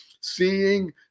Seeing